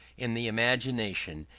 in the imagination,